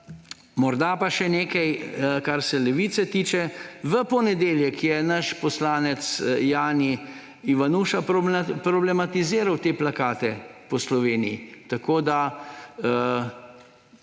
Morda še nekaj, kar se Levice tiče. V ponedeljek je naš poslanec Jani Ivanuša problematiziral te plakate po Sloveniji.